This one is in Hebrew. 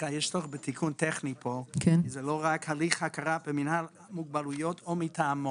בכל מקרה ניגרר לדיון על מספר דיירים.